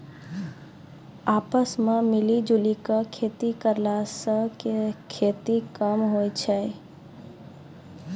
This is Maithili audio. आपस मॅ मिली जुली क खेती करला स खेती कम होय छै